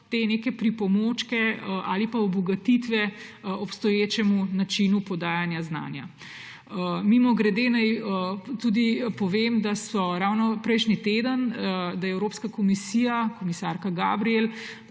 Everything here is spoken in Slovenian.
kot neke pripomočke ali obogatitve obstoječega načina podajanja znanja. Mimogrede naj tudi povem, da je ravno prejšnji teden Evropska komisija, komisarka Gabriel